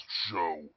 show